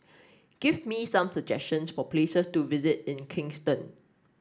give me some suggestions for places to visit in Kingston